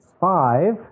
five